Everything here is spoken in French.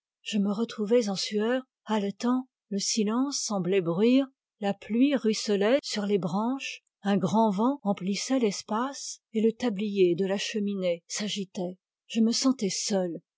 je me retrouvais en sueur haletant le silence semblait bruire la pluie ruisselait sur les branches un grand vent emplissait l'espace le tablier de la cheminée s'agitait je me sentais seul